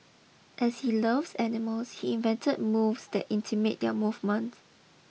as he loves animals he invented moves that intimate their movements